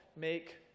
make